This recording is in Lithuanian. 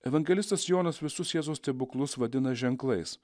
evangelistas jonas visus jėzaus stebuklus vadina ženklais